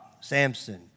Samson